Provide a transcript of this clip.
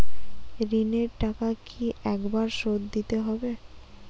ঋণের টাকা কি একবার শোধ দিতে হবে?